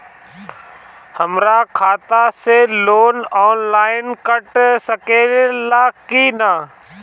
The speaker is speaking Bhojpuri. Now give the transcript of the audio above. हमरा खाता से लोन ऑनलाइन कट सकले कि न?